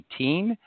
2018